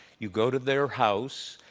you go to their house,